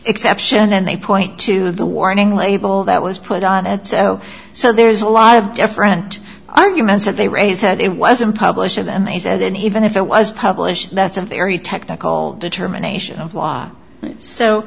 exception and they point to the warning label that was put on it so so there's a lot of different arguments that they raise had it was in publishing them they said even if it was published that's a very technical determination of law so